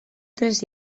tres